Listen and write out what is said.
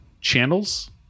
channels